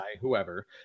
whoever